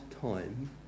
time